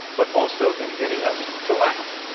but also in getting us to laugh?